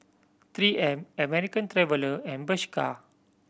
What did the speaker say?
Three M American Traveller and Bershka